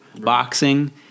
boxing